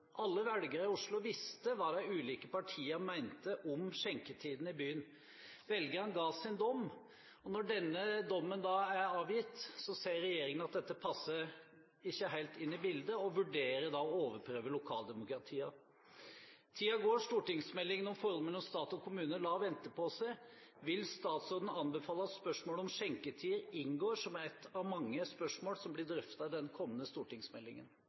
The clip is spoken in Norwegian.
Alle velgere i Oslo visste hva de ulike partiene mente om skjenketidene i byen. Velgerne ga sin dom, og når denne dommen er avgitt, ser regjeringen at dette passer ikke helt inn i bildet, og vurderer å overprøve lokaldemokratiet. Tiden går, stortingsmeldingen om forholdet mellom stat og kommune lar vente på seg. Vil statsråden anbefale at spørsmålet om skjenketider inngår som et av mange spørsmål som blir drøftet i den kommende stortingsmeldingen?